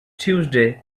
tuesday